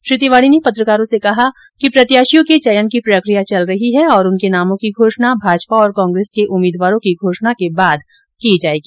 श्री तिवाड़ी ने पत्रकारों से कहा कि प्रत्याशियों के चयन की प्रक्रिया चल रही है और उनके नामों की घोषणा भाजपा और कांग्रेस के उम्मीदवारों की घोषणा के बाद की जायेगी